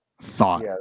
Thought